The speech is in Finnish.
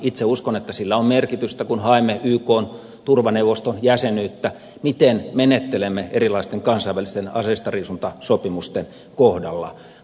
itse uskon että sillä on merkitystä kun haemme ykn turvaneuvoston jäsenyyttä miten menettelemme erilaisten kansainvälisten aseistariisuntasopimusten kohdalla